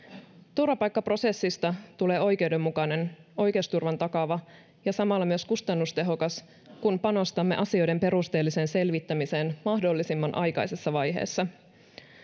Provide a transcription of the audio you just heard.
turvapaikkaprosessista tulee oikeudenmukainen oikeusturvan takaava ja samalla myös kustannustehokas kun panostamme asioiden perusteelliseen selvittämiseen mahdollisimman aikaisessa vaiheessa